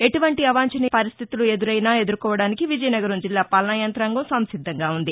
ఎటువంటి అవాంఛనీయ పరిస్థితులు ఎదురైనా ఎదుర్కొనడానికి విజయనగరం జిల్లా పాలనాయంతాంగం సంసిద్దంగా ఉంది